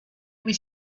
was